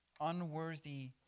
unworthy